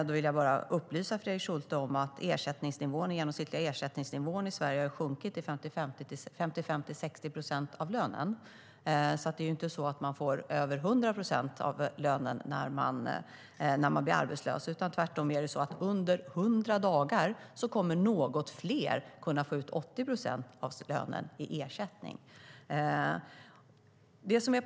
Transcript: Jag vill bara upplysa Fredrik Schulte om att den genomsnittliga ersättningsnivån i Sverige har sjunkit till 55-60 procent av lönen. Det är inte så att man får över 100 procent av lönen när man arbetslös. Tvärtom är det så att något fler kommer att kunna få ut 80 procent av lönen i ersättning under 100 dagar.